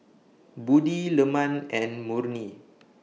Budi Leman and Murni